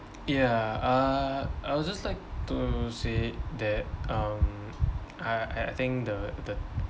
ya uh I was just like to say that um I I think the the